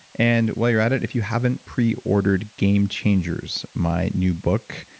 and while you're at it, if you haven't pre-ordered game changers, my new book,